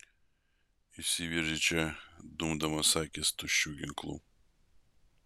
įsiveržei čia dumdamas akis tuščiu ginklu